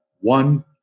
One